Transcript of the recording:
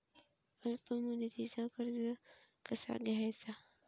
अल्प मुदतीचा कर्ज कसा घ्यायचा?